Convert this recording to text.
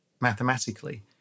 mathematically